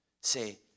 say